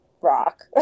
rock